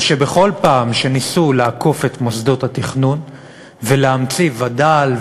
זה שבכל פעם שניסו לעקוף את מוסדות התכנון ולהמציא וד"ל,